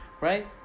Right